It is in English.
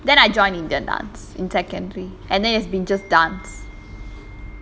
then I joined indian dance in secondary and then it's been just dance